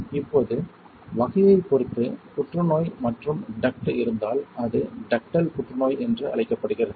இப்போது வகையைப் பொறுத்து புற்றுநோய் மற்றும் டக்ட் இருந்தால் அது டக்டல் புற்றுநோய் என்று அழைக்கப்படுகிறது